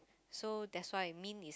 so that's why mint is